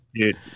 Dude